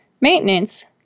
maintenance